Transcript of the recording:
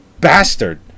bastard